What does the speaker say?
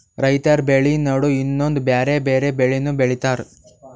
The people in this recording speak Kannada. ರೈತರ್ ಬೆಳಿ ನಡು ಇನ್ನೊಂದ್ ಬ್ಯಾರೆ ಬ್ಯಾರೆ ಬೆಳಿನೂ ಬೆಳಿತಾರ್